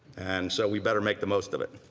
and so we better make the most of it.